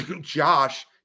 Josh